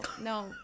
no